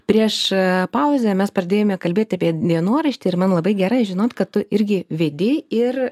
prieš pauzę mes pradėjome kalbėti apie dienoraštį ir man labai gera žinot kad tu irgi vedi ir